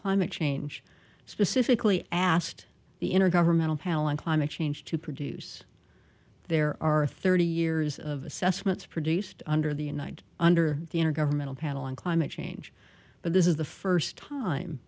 climate change specifically asked the intergovernmental panel on climate change to produce there are thirty years of assessments produced under the united under the intergovernmental panel on climate change but this is the first time